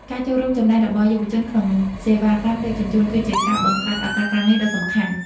ការចូលរួមចំណែករបស់យុវជនក្នុងសេវាកម្មដឹកជញ្ជូន គឺជាការបង្កើតឱកាសការងារដ៏សំខាន់។